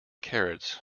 carrots